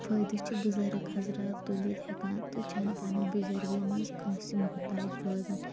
فٲیدٕ چھِ بُزرگ حَضرات تُلِتھ ہیٚکان تہٕ چھَ نہٕ پَننہِ بُزَرگی مَنٛز کٲنٛسہِ موٚحتاج روزان